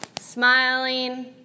smiling